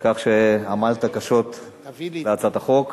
על כך שעמל קשות בהצעת החוק.